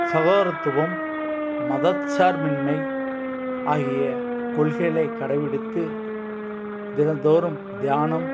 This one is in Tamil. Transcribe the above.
சகோதரத்துவம் மதச்சார்பின்மை ஆகிய கொள்கைளை கடைப்பிடித்து தினந்தோறும் தியானம்